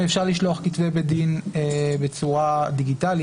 אפשר לשלוח כתבי בית דין בצורה דיגיטלית,